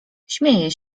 śmieje